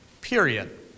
Period